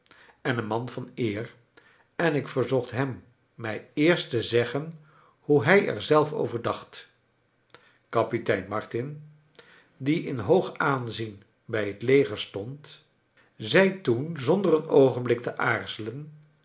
en een man van eer en ik verzocht hem mij eerst te zeggen hoe hij er zelf over dacht kapitein martin die in hoog aanzien bij het leger stond zei toen zonder een oogenblik te aarzelen